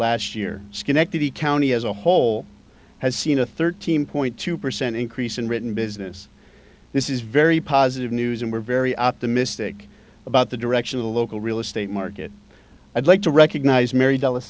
last year schenectady county as a whole has seen a thirteen point two percent increase in written business this is very positive news and we're very optimistic about the direction of the local real estate market i'd like to recognize mar